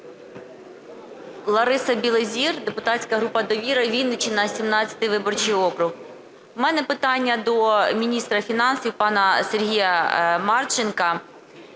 Лариса Білозір, депутатська група "Довіра", Вінниччина, 17 виборчий округ. В мене питання до міністра фінансів пана Сергія Марченка